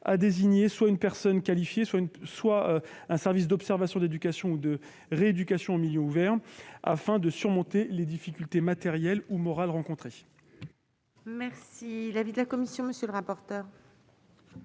à désigner soit une personne qualifiée soit un service d'observation, d'éducation ou de rééducation en milieu ouvert, afin de surmonter les difficultés matérielles ou morales qu'elles rencontrent. Quel est l'avis de la commission ? Il est en effet